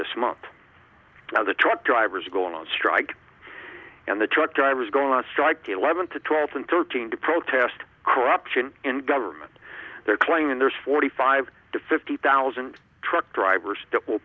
this month as a truck drivers go on strike and the truck drivers go on strike eleven to twelve and thirteen to protest corruption in government they're claiming there's forty five to fifty thousand truck drivers that will